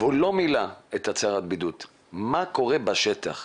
והוא לא מילא את הצהרת הבידוד, מה קורה בשטח?